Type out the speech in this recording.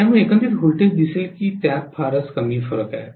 त्यामुळे एकंदरीत व्होल्टेज दिसेल की त्यात फारच कमी फरक आहे